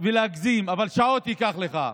אבל שעות ייקח לך.